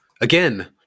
again